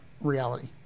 reality